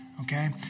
okay